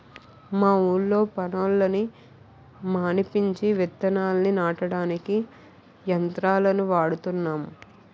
మా ఊళ్ళో పనోళ్ళని మానిపించి విత్తనాల్ని నాటడానికి యంత్రాలను వాడుతున్నాము